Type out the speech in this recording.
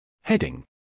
Heading